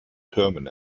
türmen